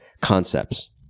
concepts